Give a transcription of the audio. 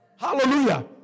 Hallelujah